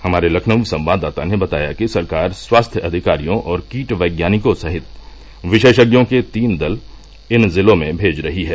हमारे लखनऊ संवाददाता ने बताया कि सरकार स्वास्थ्य अधिकारियों और कीट वैज्ञानिको सहित विशेषज्ञों के तीन दल इन जिलों में भेज रही है